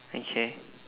okay